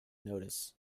notice